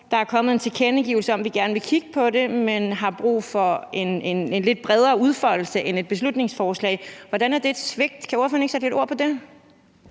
Der er kommet en tilkendegivelse om, at vi gerne vil kigge på det, men at vi har brug for en lidt bredere udformning end et beslutningsforslag. Hvordan er det et svigt? Kan ordføreren ikke sætte lidt flere ord på det?